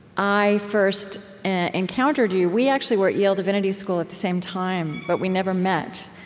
i first encountered you we actually were at yale divinity school at the same time, but we never met,